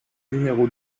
numéro